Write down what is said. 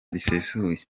risesuye